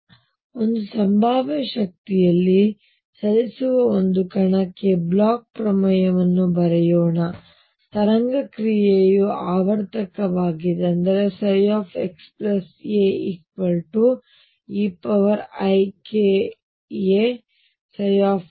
ಆದುದರಿಂದ ಒಂದು ಸಂಭಾವ್ಯ ಶಕ್ತಿಯಲ್ಲಿ ಚಲಿಸುವ ಒಂದು ಕಣಕ್ಕೆ ಈ ಬ್ಲೋಚ್ ಪ್ರಮೇಯವನ್ನು ಬರೆಯೋಣ ಇದು ತರಂಗ ಕ್ರಿಯೆಯ ಆವರ್ತಕವಾಗಿದೆ ಅಂದರೆxaeikaψ